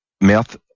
mouth